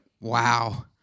wow